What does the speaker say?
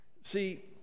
See